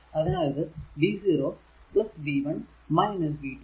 അതിനാൽ ഇത് v0 v 1 v 2 0